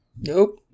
Nope